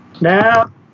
now